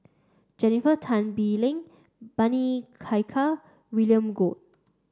Jennifer Tan Bee Leng Bani Kaykal William Goode